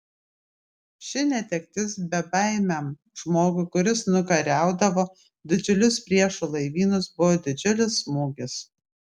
ši netektis bebaimiam žmogui kuris nukariaudavo didžiulius priešų laivynus buvo didžiulis smūgis